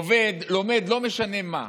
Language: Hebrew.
עובד, לומד, לא משנה מה.